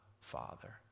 Father